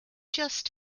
just